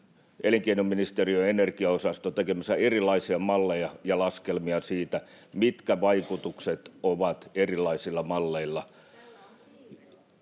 elinkeinoministeriön energiaosasto tekemässä erilaisia malleja ja laskelmia siitä, mitkä ovat vaikutukset erilaisilla malleilla.